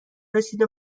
رسید